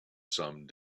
some